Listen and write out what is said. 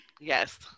Yes